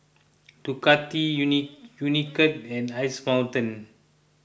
Ducati Unicurd and Ice Mountain